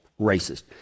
racist